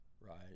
right